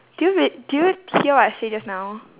do you wait did you hear what I say just now